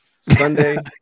Sunday